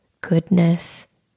goodness